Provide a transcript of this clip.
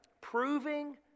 proving